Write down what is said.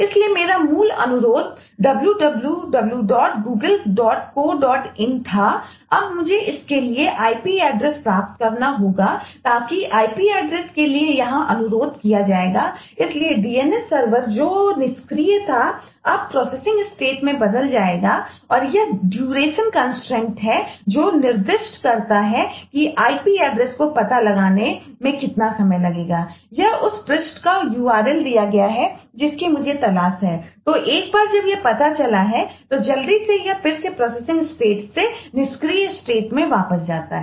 इसलिए मेरा मूल अनुरोध wwwgoogelecoin था अब मुझे इसके लिए IP एड्रेस स्टेट में वापस हो जाता है